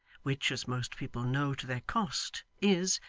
which, as most people know to their cost, is,